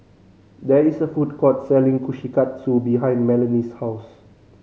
there is a food court selling Kushikatsu behind Melony's house